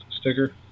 sticker